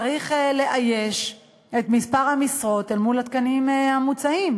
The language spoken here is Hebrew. צריך לאייש את מספר המשרות אל מול התקנים המוצעים,